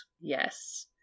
Yes